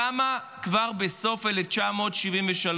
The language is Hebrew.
קמה כבר בסוף 1973,